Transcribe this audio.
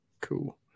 cool